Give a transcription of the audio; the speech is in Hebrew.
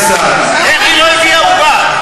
איך היא לא הביאה עוגה?